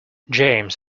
james